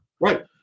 Right